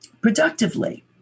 productively